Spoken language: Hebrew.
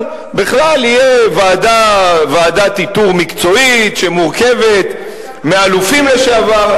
תהיה ועדת איתור מקצועית שמורכבת מאלופים לשעבר.